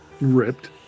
Ripped